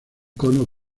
cono